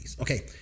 Okay